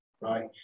Right